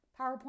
PowerPoint